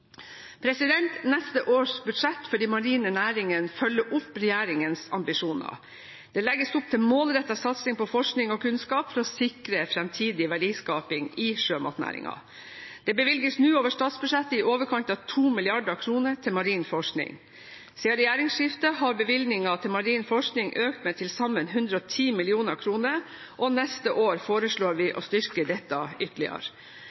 Neste års budsjett for de marine næringene følger opp regjeringens ambisjoner. Det legges opp til målrettet satsing på forskning og kunnskap for å sikre fremtidig verdiskaping i sjømatnæringen. Det bevilges nå over statsbudsjettet i overkant av 2 mrd. kr til marin forskning. Siden regjeringsskiftet har bevilgningene til marin forskning økt med til sammen 110 mill. kr, og neste år foreslår vi å styrke dette ytterligere.